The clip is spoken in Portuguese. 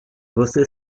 você